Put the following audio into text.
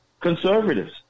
conservatives